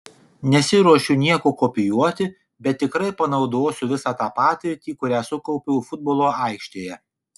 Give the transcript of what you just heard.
nesiruošiu nieko kopijuoti bet tikrai panaudosiu visą tą patirtį kurią sukaupiau futbolo aikštėje